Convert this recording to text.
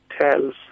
tells